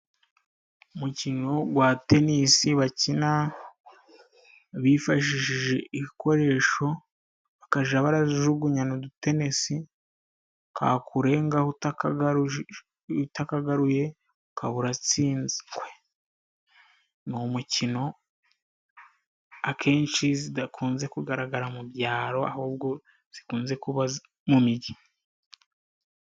Umukino gwa tenisi bakina bifashishije ibikoresho, bakaja barajugunya n'ututenesi, kakurengaho utakagaruye ukaba uratsinzwe. Ni umukino akenshi zidakunze kugaragara mu byaro ahubwo zikunze kuba mu mijyi.